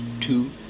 two